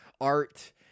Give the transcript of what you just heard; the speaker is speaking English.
art